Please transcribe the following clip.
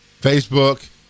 Facebook